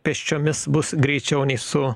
pėsčiomis bus greičiau nei su